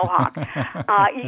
mohawk